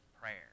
prayer